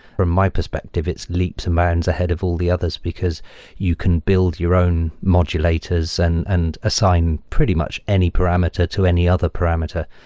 from my perspective, it's leaps and bounds ahead of all the others, because you can build your own modulators and and assign pretty much any parameter to any other parameter,